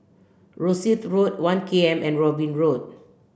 Rosyth Road One K M and Robin Road